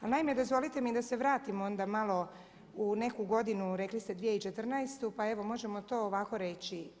Ali naime, dozvolite mi da se vratim onda malo u neku godinu rekli ste 2014. pa evo možemo to ovako reći.